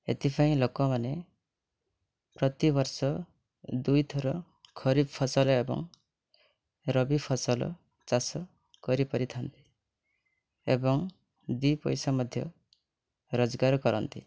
ଏଥିପାଇଁ ଲୋକମାନେ ପ୍ରତିବର୍ଷ ଦୁଇଥର ଖରିଫ ଫସଲ ଏବଂ ରବି ଫସଲ ଚାଷ କରିପାରିଥାନ୍ତି ଏବଂ ଦୁଇ ପଇସା ମଧ୍ୟ ରୋଜଗାର କରନ୍ତି